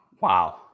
Wow